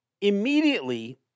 immediately